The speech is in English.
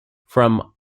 from